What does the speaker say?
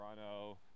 Toronto